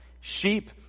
Sheep